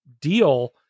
deal